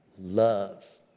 loves